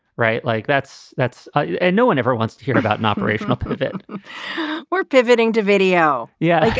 right. like, that's that's and no one ever wants to hear about an operational pivot or pivoting to video yeah,